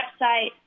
website